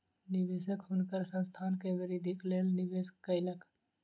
निवेशक हुनकर संस्थान के वृद्धिक लेल निवेश कयलक